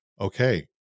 okay